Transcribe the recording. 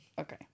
Okay